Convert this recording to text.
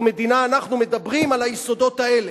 ומדינה אנחנו מדברים על היסודות האלה,